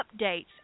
updates